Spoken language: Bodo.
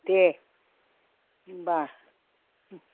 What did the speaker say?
दे होनबा